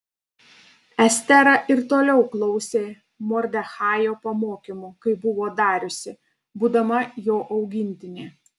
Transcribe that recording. estera ir toliau klausė mordechajo pamokymų kaip buvo dariusi būdama jo augintinė